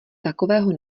takového